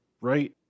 right